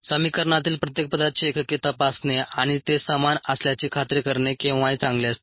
समीकरणातील प्रत्येक पदाची एकके तपासणे आणि ते समान असल्याची खात्री करणे केव्हाही चांगले असते